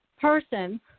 person